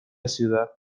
ciudad